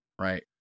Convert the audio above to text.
Right